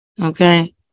Okay